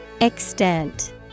Extent